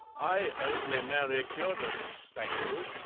i only marry curates, thank you!